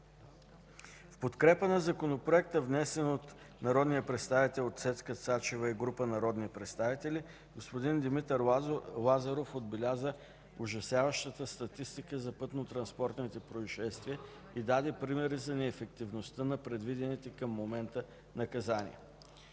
В подкрепа на Законопроекта, внесен от народния представител Цецка Цачева и група народни представители, господин Димитър Лазаров отбеляза ужасяващата статистика за пътнотранспортните произшествия и даде примери за неефективността на предвидените към момента наказания.